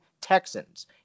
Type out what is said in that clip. Texans